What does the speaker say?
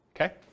okay